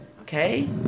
Okay